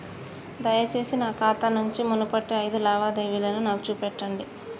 దయచేసి నా ఖాతా నుంచి మునుపటి ఐదు లావాదేవీలను నాకు చూపెట్టండి